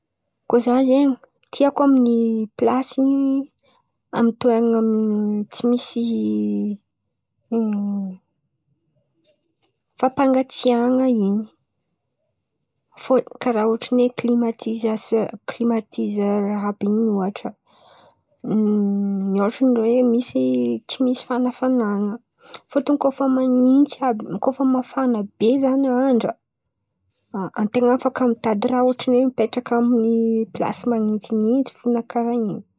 Koa za zen̈y, tiako amin’ny plasy amy toeran̈a tsy min̈y fampangatsiahan̈a in̈y. Fô- karà otrin’ny hoe klimatise- klimatizera àby in̈y ohatra, ohatrin’ny hoe misy tsy misy fanafanan̈a. Fôtony koa fa manintsy àb- koa fa mafana be in̈y zan̈y andra, an-ten̈a afaka mitady raha ohatrin’ny hoe mipetraka plasy manintsinintsy fo na karà in̈y.